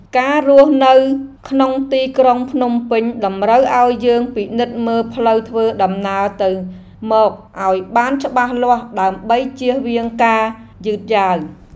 ការរស់នៅក្នុងទីក្រុងភ្នំពេញតម្រូវឱ្យយើងពិនិត្យមើលផ្លូវធ្វើដំណើរទៅមកឱ្យបានច្បាស់លាស់ដើម្បីជៀសវាងការយឺតយ៉ាវ។